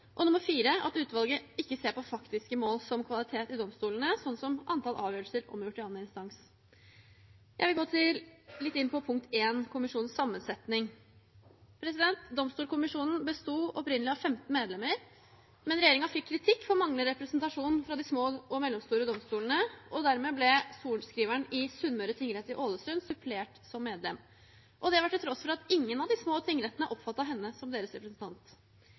og punkt 4: at utvalget ikke ser på faktiske mål som kvalitet i domstolene, slik som antall avgjørelser som kommer til annen instans. Jeg vil gå litt inn på punkt 1 – kommisjonens sammensetning. Domstolkommisjonen besto opprinnelig av 15 medlemmer, men regjeringen fikk kritikk for manglende representasjon fra de små og mellomstore domstolene. Dermed ble sorenskriveren i Sunnmøre tingrett i Ålesund supplert som medlem – og det til tross for at ingen av de små tingrettene oppfattet henne som deres representant.